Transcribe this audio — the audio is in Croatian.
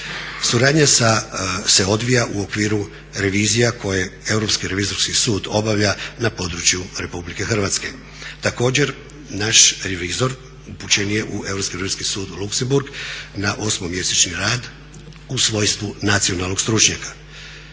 Suradnja se odvija u okviru revizija koje Europski revizorski sud obavlja na području RH. Također naš revizor upućen je u Europski revizorski sud u Luxembourg na osmomjesečni rad u svojstvu nacionalnog stručnjaka.